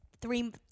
three